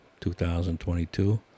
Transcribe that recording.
2022